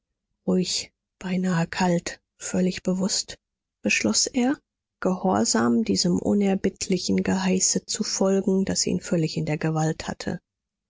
ruhig beinahe kalt völlig bewußt beschloß er gehorsam diesem unerbittlichen geheiße zu folgen das ihn völlig in der gewalt hatte